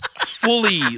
fully